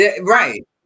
Right